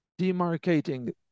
demarcating